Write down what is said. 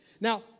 Now